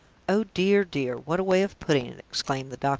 oh, dear, dear, what a way of putting it! exclaimed the doctor.